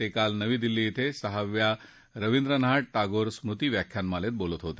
ते काल नवी दिल्ली भें सहाव्या रवींद्रनाथ टागोर स्मृती व्याख्यानमालेत बोलत होते